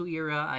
era